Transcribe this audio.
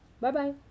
Bye-bye